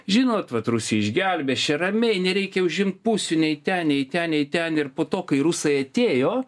žinot vat ruija išgelbės čia ramiai nereikia užimti pusių nei ten nei ten nei ten ir po to kai rusai atėjo